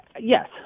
yes